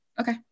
Okay